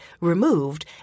removed